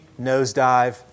nosedive